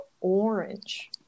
orange